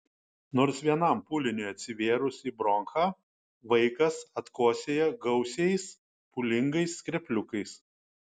nors vienam pūliniui atsivėrus į bronchą vaikas atkosėja gausiais pūlingais skrepliukais